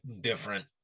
different